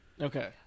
Okay